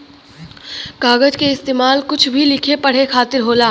कागज के इस्तेमाल कुछ भी लिखे पढ़े खातिर होला